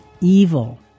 evil